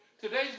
today's